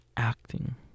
Acting